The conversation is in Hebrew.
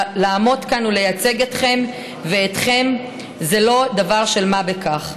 לעמוד כאן ולייצג אתכם ואתכן זה לא דבר של מה בכך.